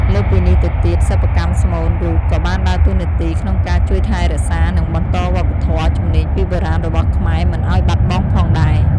លើសពីនេះទៅទៀតសិប្បកម្មស្មូនរូបក៏បានដើរតួនាទីក្នុងការជួយថែរក្សានិងបន្តវប្បធម៌ ជំនាញពីបុរាណរបស់ខ្មែរមិនឲ្យបាត់បង់ផងដែរ។